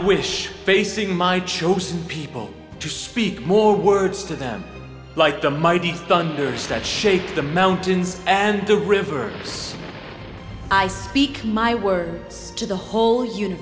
wish facing my chosen people to speak more words to them like the mighty thunders that shakes the mountains and the river so i speak my words to the whole uni